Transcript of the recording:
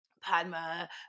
Padma